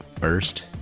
first